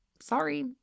sorry